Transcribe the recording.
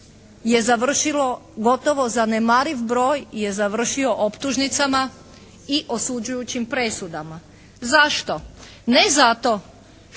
je završilo gotovo zanemariv broj je završio optužnicama i osuđujućim presudama. Zašto? Ne zato što